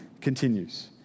continues